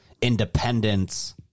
independence